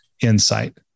insight